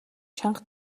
чанга